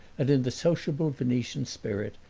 and in the sociable venetian spirit,